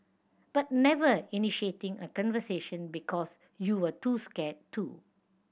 but never initiating a conversation because you were too scared to